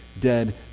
dead